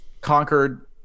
conquered